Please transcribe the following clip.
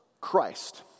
Christ